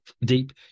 deep